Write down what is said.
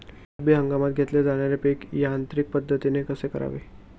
रब्बी हंगामात घेतले जाणारे पीक यांत्रिक पद्धतीने कसे करावे?